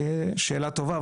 שאלה טובה,